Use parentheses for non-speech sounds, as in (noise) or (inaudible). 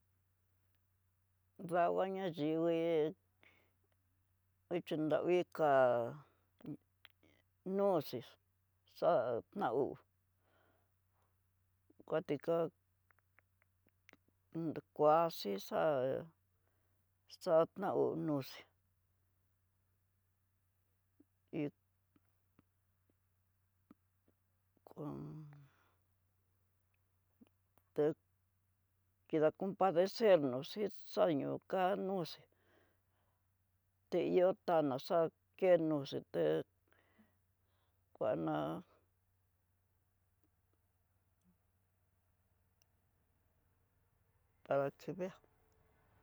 Dakuaña xhiwue ochen davii ká noxí xá'a ná hú, kuatika kuaxixá, kadnaú noxí híd kón té kida (hesitation) compadadecer nó xizañoo kanóxi te ihó tanaxá nenoxhí té kuana adaxhidéa.